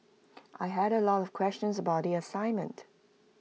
I had A lot of questions about the assignment